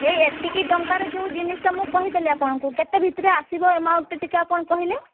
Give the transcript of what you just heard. ଏଇ ଏତିକି ଟଙ୍କାରେ ଯେଉଁ ଜିନିଷ ମୁଁ କହିଦେଲି ଆପଣଙ୍କୁ କେତେ ଭିତରେ ଆସିବ ଏମାଉଣ୍ଟଟା ଟିକିଏ ଆପଣ କହିଲେ